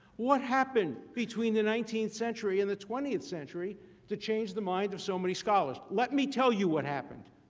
what happened between the nineteenth century and the twentieth century to change the mind of so many scholars? let me tell you what happened.